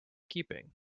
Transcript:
keeping